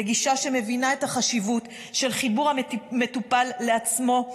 לגישה שמבינה את החשיבות של חיבור המטופל לעצמו,